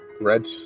red